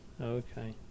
okay